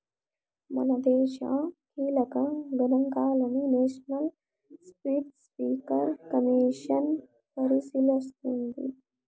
మనదేశ కీలక గనాంకాలని నేషనల్ స్పాటస్పీకర్ కమిసన్ పరిశీలిస్తోంది